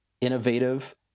innovative